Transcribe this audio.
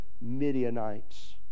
Midianites